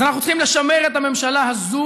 אז אנחנו צריכים לשמר את הממשלה הזו.